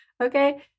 Okay